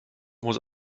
muss